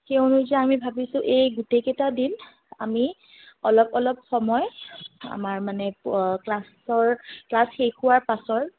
সেই অনুযায়ী আমি ভাবিছোঁ এই গোটেই কেইটা দিন আমি অলপ অলপ সময় আমাৰ মানে ক্লাছৰ ক্লাছ শেষ হোৱাৰ পাছৰ